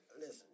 Listen